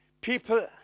people